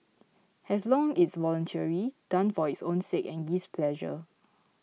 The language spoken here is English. as long it's voluntary done for its own sake and gives pleasure